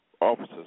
officers